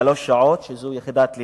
שלוש שעות, שזו יחידת לימוד.